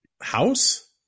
House